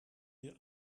ihr